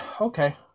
Okay